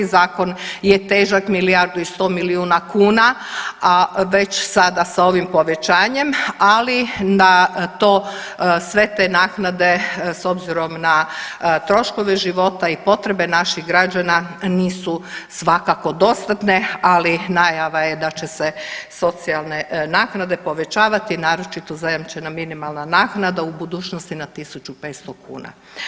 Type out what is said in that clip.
Zakon je težak milijardu i 100 milijuna kuna, a već sada sa ovim povećanjem, ali na to, sve te naknade s obzirom na troškove života i potrebe naših građana nisu svakako dostatne, ali najava je da će se socijalne naknade povećavati, naročito zajamčena minimalna naknada u budućnosti na 1.500 kuna.